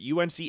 UNC